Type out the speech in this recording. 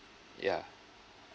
yeah